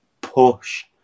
push